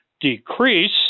decrease